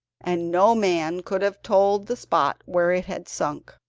and no man could have told the spot where it had sunk,